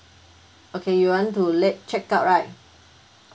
okay you want to late check out right